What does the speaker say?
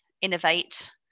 innovate